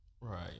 Right